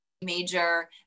major